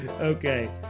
Okay